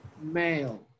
male